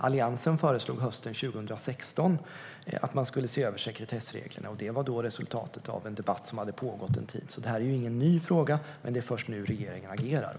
Alliansen föreslog hösten 2016 att man skulle se över sekretessreglerna. Det var då resultatet av en debatt som hade pågått en tid. Detta är alltså ingen ny fråga, men det är först nu som regeringen agerar.